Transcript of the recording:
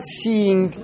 seeing